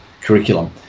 Curriculum